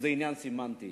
סמנטי